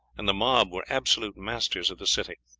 and the mob were absolute masters of the city.